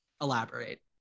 elaborate